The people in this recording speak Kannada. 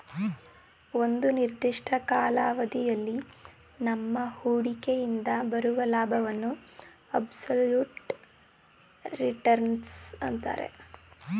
ಒಂದು ನಿರ್ದಿಷ್ಟ ಕಾಲಾವಧಿಯಲ್ಲಿ ನಮ್ಮ ಹೂಡಿಕೆಯಿಂದ ಬರುವ ಲಾಭವನ್ನು ಅಬ್ಸಲ್ಯೂಟ್ ರಿಟರ್ನ್ಸ್ ಅಂತರೆ